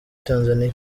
tanzania